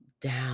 down